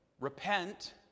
repent